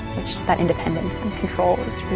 which that independence and control is